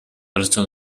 little